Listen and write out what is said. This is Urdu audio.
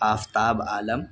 آفتاب عالم